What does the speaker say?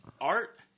art